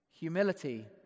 Humility